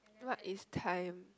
what is time